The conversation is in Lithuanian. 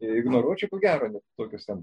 ignoruočiau ko gero tokius ten